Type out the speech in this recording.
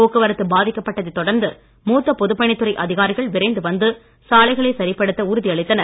போக்குவரத்து பாதிக்கப்பட்டதை தொடர்ந்து மூத்த பொதுப்பணித்துறை அதிகாரிகள் விரைந்து வந்து சாலைகளை சரிப்படுத்த உறுதியளித்தனர்